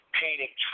painting